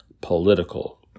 political